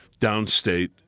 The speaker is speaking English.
Downstate